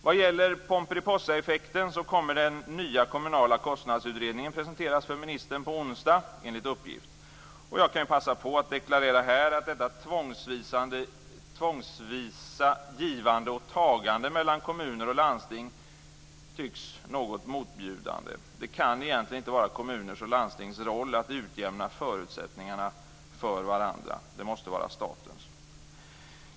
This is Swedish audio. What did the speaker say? Vad gäller pomperipossaeffekten kan framhållas att enligt uppgift den nya kommunala kostnadsutredningen kommer att presenteras för ministern på onsdag. Jag kan här passa på att deklarera att detta tvångsvisa givande och tagande mellan kommuner och landsting tycks något motbjudande. Det kan egentligen inte vara kommuners och landstings roll att utjämna förutsättningarna mellan varandra. Det måste vara statens uppgift.